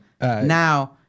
now